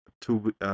two